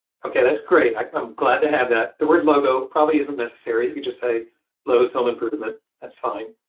ok. that's great. i'm glad to have that. the word logo probably isn't necessary. you just say lowe's home improvement. that's fine.